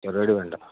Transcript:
ചെറുകടി വേണ്ട